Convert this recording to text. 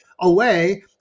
away